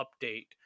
update